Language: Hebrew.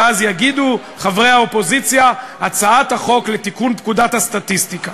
ואז יגידו חברי האופוזיציה: הצעת החוק לתיקון פקודת הסטטיסטיקה.